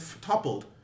toppled